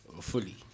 fully